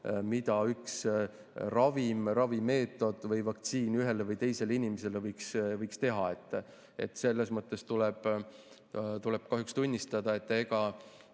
mida üks ravim, ravimeetod või vaktsiin ühele või teisele inimesele võiks teha. Selles mõttes tuleb kahjuks tunnistada, et ei